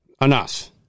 Enough